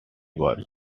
work